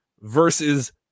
versus